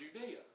Judea